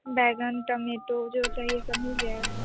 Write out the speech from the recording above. बैंगन टमेटो जो चाहिए सब मिल जाएगा